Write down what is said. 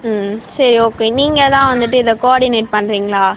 ம் சரி ஓகே நீங்கள் தான் வந்துவிட்டு இத கோஆர்டினேட் பண்றிங்களா